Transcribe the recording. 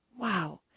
Wow